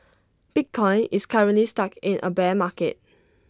bitcoin is currently stuck in A bear market